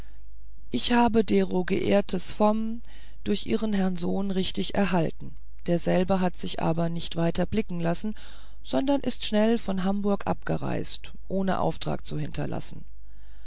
ich habe dero geehrtes vom durch ihren herrn sohn richtig erhalten derselbe hat sich aber nicht weiter blicken lassen sondern ist schnell von hamburg abgereiset ohne auftrag zu hinterlassen